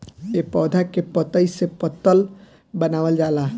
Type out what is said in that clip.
ए पौधा के पतइ से पतल बनावल जाला